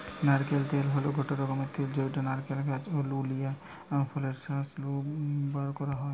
নারকেল তেল হল গটে রকমের তেল যউটা নারকেল গাছ নু লিয়া ফলের শাঁস নু বারকরা হয়